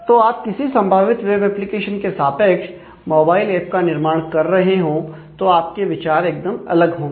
तो जब आप किसी संभावित वेब एप्लीकेशन के सापेक्ष मोबाइल ऐप का निर्माण कर रहे हो तो आपके विचार एकदम अलग होंगे